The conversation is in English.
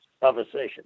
conversation